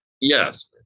Yes